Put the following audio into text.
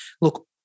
look